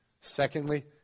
Secondly